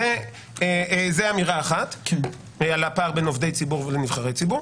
זו אמירה אחת על הפער בין עובדי ציבור לנבחרי ציבור.